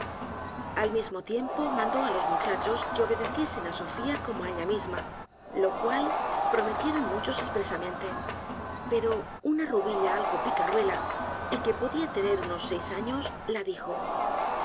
al mismo tiempo mandó á los muchachos que obedeciesen á sofía como á ella misma lo cual prometieron muchos espresamente pero una rubilla algo picaruela y que podia tener unos seis años la dijo